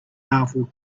powerful